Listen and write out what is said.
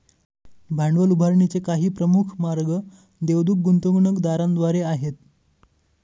भांडवल उभारणीचे काही प्रमुख मार्ग देवदूत गुंतवणूकदारांद्वारे आहेत